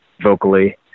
vocally